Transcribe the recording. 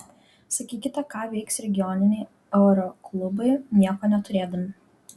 sakykite ką veiks regioniniai aeroklubai nieko neturėdami